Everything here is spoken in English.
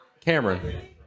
Cameron